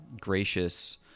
gracious